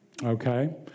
Okay